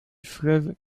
fleuve